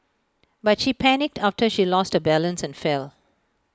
but she panicked after she lost her balance and fell